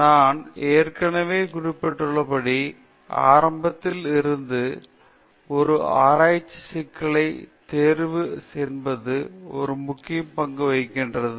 நான் ஏற்கனவே குறிப்பிட்டுள்ளபடி ஆரம்பத்தில் இருந்தே ஒரு ஆராய்ச்சி சிக்கல் தேர்வு என்பது ஒரு முக்கிய பங்கு வகிக்கிறது